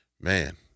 man